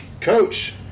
Coach